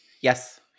Yes